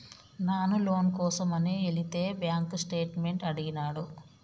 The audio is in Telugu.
నాను లోను కోసమని ఎలితే బాంక్ స్టేట్మెంట్ అడిగినాడు